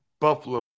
Buffalo